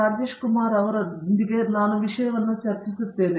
ರಾಜೇಶ್ ಕುಮಾರ್ ಅವರೊಂದಿಗೆ ನಾವು ಈ ವಿಷಯವನ್ನು ಚರ್ಚಿಸುತ್ತೇವೆ